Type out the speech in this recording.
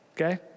Okay